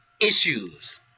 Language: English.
issues